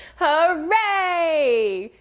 hooray!